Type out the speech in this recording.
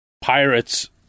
Pirates